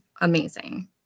amazing